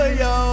yo